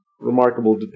remarkable